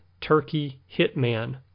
turkeyhitman